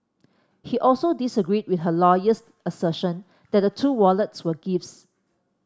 he also disagreed with her lawyer's assertion that the two wallets were gifts